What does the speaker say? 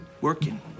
Working